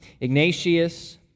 Ignatius